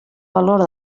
valor